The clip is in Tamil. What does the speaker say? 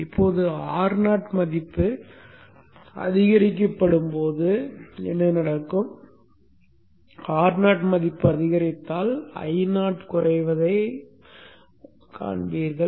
இப்போது Ro மதிப்பு அதிகரிக்கப்படும்போது என்ன நடக்கும் Ro மதிப்பு அதிகரித்தால் Io குறைவதைக் காண்பீர்கள்